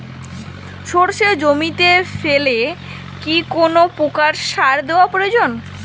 সর্ষে জমিতে ফেলে কি কোন প্রকার সার দেওয়া প্রয়োজন?